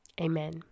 amen